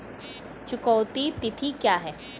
चुकौती तिथि क्या है?